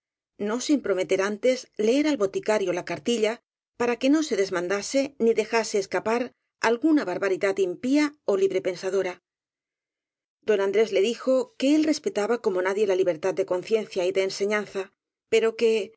no sin prometer antes leer al boticario la cartilla para que no se desmandase ni dejase escapar alguna barbaridad impía ó librepen sadora don andrés le dijo que él respetaba como nadie la libertad de conciencia y dé enseñanza pero que si